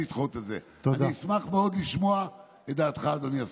אני אשמח מאוד לשמוע את דעתך, אדוני השר.